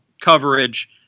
coverage